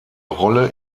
rolle